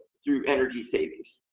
through energy savings.